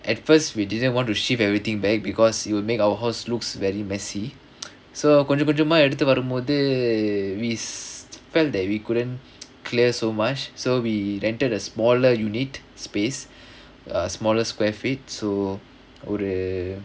at first we didn't want to shift everything back because it will make our house looks very messy so கொஞ்ச கொஞ்சமா எடுத்து வருமோது:konja konjamaa eduthu varumothu we felt that we couldn't clear so much so we rented a smaller unit space a smaller square feet to ஒரு:oru